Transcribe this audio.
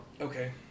Okay